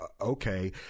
okay